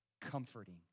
comforting